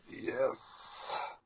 Yes